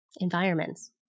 environments